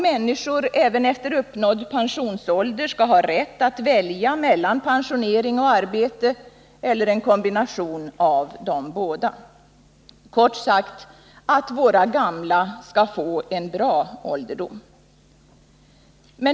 Människor skall även efter uppnådd pensionsålder ha rätt att välja mellan pensionering och arbete eller en kombination av de båda. Kort sagt: Våra gamla skall få en bra ålderdom.